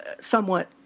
somewhat